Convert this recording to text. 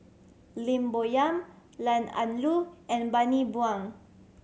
Lim Bo Yam Ian Ong Lu and Bani Buang